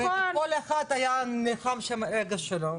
כי כל אחד היה נלחם שם על האגו שלו.